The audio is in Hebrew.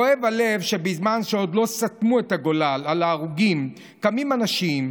כואב הלב שבזמן שעוד לא סתמו את הגולל על ההרוגים קמים אנשים,